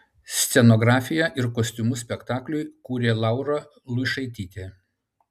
scenografiją ir kostiumus spektakliui kūrė laura luišaitytė